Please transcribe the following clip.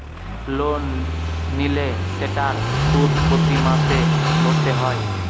loan নিলে সেটার সুদ প্রতি মাসে ভরতে হয়